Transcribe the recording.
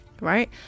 right